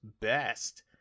best